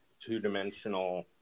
two-dimensional